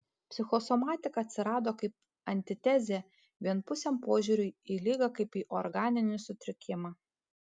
psichosomatika atsirado kaip antitezė vienpusiam požiūriui į ligą kaip į organinį sutrikimą